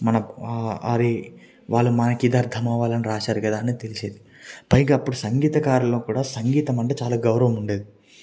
మనకు అరె వాళ్లు మనకి ఇది అర్దమవ్వాలి అని రాశారు కదా అని తెలిసేది పైగా అప్పుడు సంగీతకారులకు కూడ సంగీతం అంటే చాలా గౌరవం కూడ ఉండేది